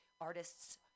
artists